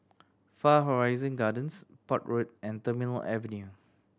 Far Horizon Gardens Port Road and Terminal Avenue